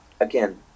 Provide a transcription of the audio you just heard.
again